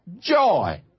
joy